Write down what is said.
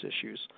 issues